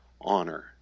honor